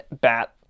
bat